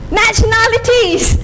nationalities